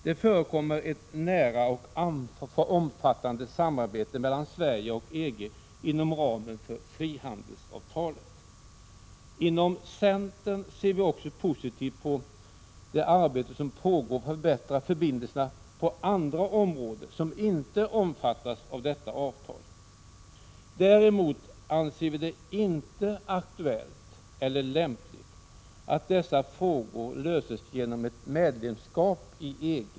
Det förekommer ett nära och omfattande samarbete mellan Sverige och EG inom ramen för frihandelsavtalet. Inom centern ser vi också positivt på det arbete som pågår för att förbättra förbindelserna på områden som inte omfattas av detta avtal. Däremot anser vi det inte aktuellt eller lämpligt att dessa frågor löses genom ett medlemskap i EG.